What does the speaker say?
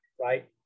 right